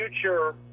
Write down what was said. future